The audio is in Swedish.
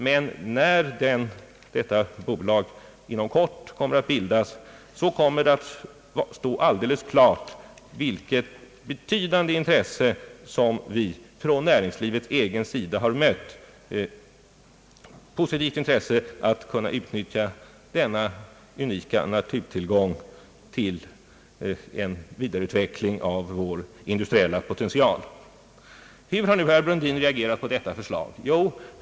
Men när detta bolag inom kort bildas kommer det att stå alldeles klart, vilket betydande positivt intresse som vi från näringslivets egen sida har mött när det gäller att söka utnyttja denna unika naturtillgång till en vidareutveckling av vårt lands industriella potential. Hur har nu herr Brundin reagerat på detta förslag?